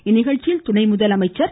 இந்நிகழ்ச்சியில் துணை முதலமைச்சர் திரு